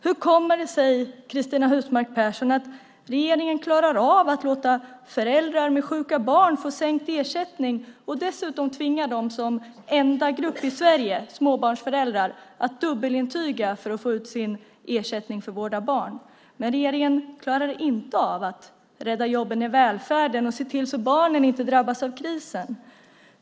Hur kommer det sig, Cristina Husmark Pehrsson, att regeringen klarar av att låta föräldrar med sjuka barn få sänkt ersättning och dessutom tvingar småbarnsföräldrarna som enda grupp i Sverige att dubbelintyga för att få ut sin ersättning för vård av barn, men inte klarar av att rädda jobben i välfärden och se till att barnen inte drabbas av krisen?